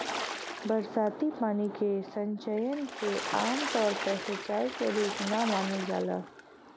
बरसाती पानी के संचयन के आमतौर पर सिंचाई क रूप ना मानल जाला